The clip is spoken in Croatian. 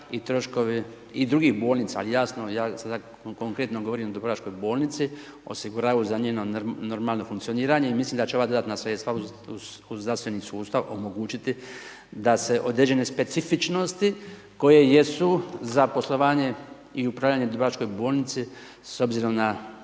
i drugih bolnica ali jasno ja sada konkretno govorim o dubrovačkoj bolnici osiguraju za njeno normalno funkcioniranje i mislim da će ova dodatna sredstva uz zdravstveni sustav omogućiti da se određene specifičnosti koje jesu za poslovanje i upravljanje dubrovačkoj bolnici s obzirom na